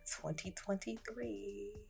2023